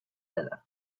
dela